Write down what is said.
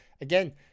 Again